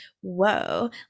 whoa